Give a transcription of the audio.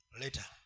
later